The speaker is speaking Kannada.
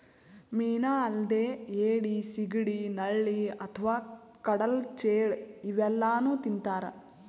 ಮೀನಾ ಅಲ್ದೆ ಏಡಿ, ಸಿಗಡಿ, ನಳ್ಳಿ ಅಥವಾ ಕಡಲ್ ಚೇಳ್ ಇವೆಲ್ಲಾನೂ ತಿಂತಾರ್